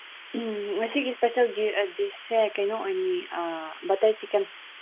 ꯉꯁꯤꯗꯤ ꯏꯁꯄꯤꯁꯦꯜ ꯗꯤꯁꯁꯦ ꯀꯩꯅꯣ ꯑꯣꯏꯅꯤ ꯕꯇꯔ ꯆꯤꯀꯦꯟ